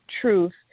Truth